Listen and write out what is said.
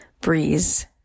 breeze